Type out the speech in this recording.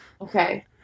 Okay